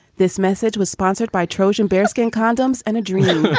this message was sponsored by trojan bearskin condoms and a dream